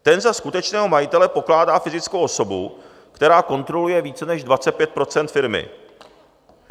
Ten za skutečného majitele pokládá fyzickou osobu, která kontroluje více než 25 % firmy.